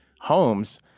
homes